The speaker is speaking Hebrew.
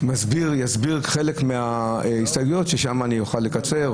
שיסביר חלק מההסתייגויות שם אני אוכל לקצר,